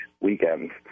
weekends